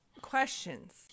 questions